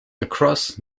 across